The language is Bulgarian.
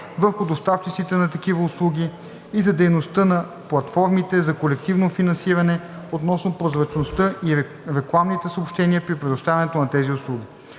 върху доставчиците на такива услуги и за дейността на платформите за колективно финансиране относно прозрачността и рекламните съобщения при предоставянето на тези услуги.